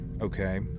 okay